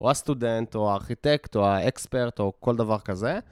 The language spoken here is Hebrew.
או הסטודנט, או הארכיטקט, או האקספרט, או כל דבר כזה.